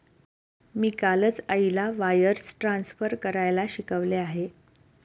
मी कालच आईला wires transfer करायला शिकवले आहे